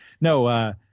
No –